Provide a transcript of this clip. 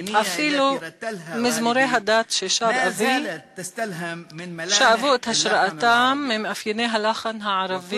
אפילו מזמורי הדת ששר אבי שאבו את השראתם ממאפייני הלחן הערבי.